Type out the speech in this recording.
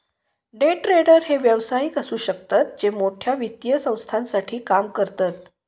day trader हे व्यावसायिक असु शकतत जे मोठ्या वित्तीय संस्थांसाठी काम करतत